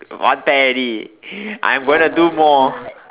one pair already I'm gonna do more